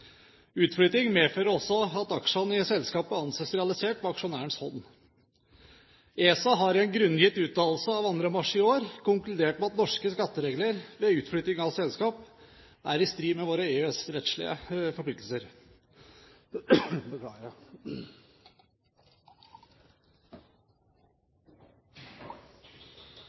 aksjonærens hånd. ESA har i en grunngitt uttalelse av 2. mars i år konkludert med at norske skatteregler ved utflytting av selskap er i strid med våre EØS-rettslige forpliktelser.